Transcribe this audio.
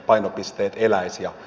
arvoisa puhemies